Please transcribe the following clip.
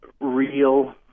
Real